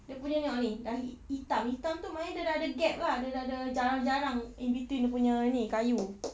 dia punya tengok ini dah hi~ hitam hitam itu maknanya dia dah ada gap lah dia dah ada jarang-jarang in between dia punya ini kayu